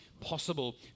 possible